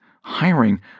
hiring